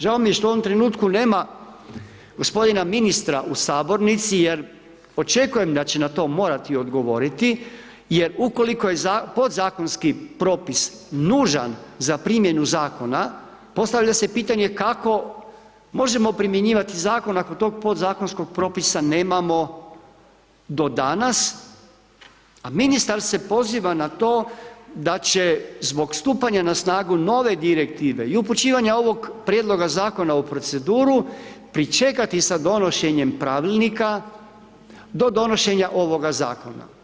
Žao mi je što u ovom trenutku nema gospodina ministra u sabornici, jer očekujem da će na to morati odgovoriti, jer ukoliko je taj podzakonski propis nužan za primjenu zakona, postavlja se pitanje, kako možemo primjenjivati zakon, ako tog podzakonskog propisa nemamo do danas, a ministar se poziva na to da će zbog stupanja na snagu nove direktive i upućivanju ovog prijedloga zakona u proceduru pričekati sa donošenjem pravilnika, do donošenja ovoga zakona.